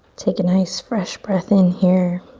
take a nice, fresh breath in here.